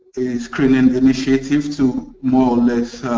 a screening initiative to more or less